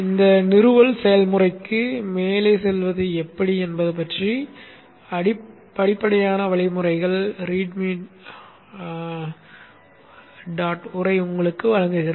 இந்த நிறுவல் செயல்முறைக்கு மேலே செல்வது எப்படி என்பது பற்றிய படிப்படியான வழிமுறைகளை Readme dot உரை உங்களுக்கு வழங்குகிறது